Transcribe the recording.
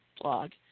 blog